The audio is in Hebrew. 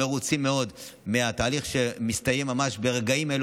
במהלך האינתיפאדה השנייה,